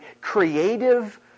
creative